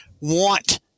want –